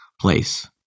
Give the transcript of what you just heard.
place